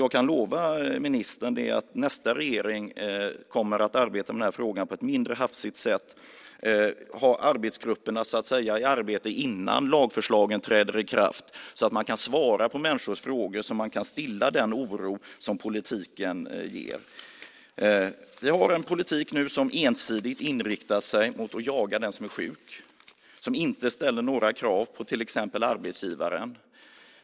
Jag kan lova ministern att nästa regering kommer att arbeta med den här frågan på ett mindre hafsigt sätt och att den kommer att ha arbetsgrupper i arbete innan lagförslagen träder i kraft så att man kan svara på människors frågor och stilla den oro som politiken ger. Vi har nu en politik som ensidigt inriktas på att jaga den som är sjuk och som inte ställer några krav till exempel på arbetsgivaren.